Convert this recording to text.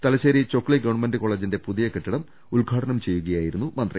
Thalassery Chokli government കോളേജിന്റെ പുതിയ കെട്ടിടം ഉദ്ഘാടനം ചെയ്യുക യായിരുന്നു മന്ത്രി